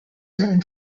certain